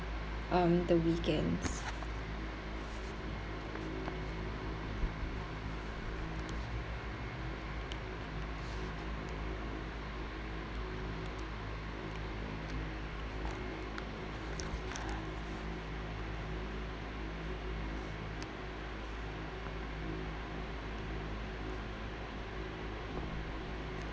um the weekends